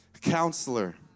Counselor